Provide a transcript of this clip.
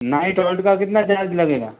night hold का कितना charge लगेगा